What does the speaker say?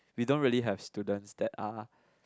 we don't have student that are